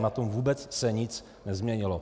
Na tom se vůbec nic nezměnilo.